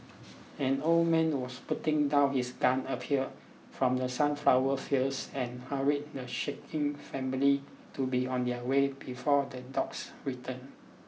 an old man was putting down his gun appeared from the sunflower fields and hurried the shaken family to be on their way before the dogs return